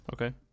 okay